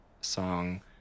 song